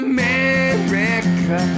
America